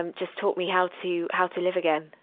um just taught me how to, how to live again.